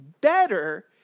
better